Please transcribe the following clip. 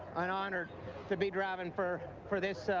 and honored to be driving for for this